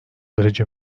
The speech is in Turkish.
derece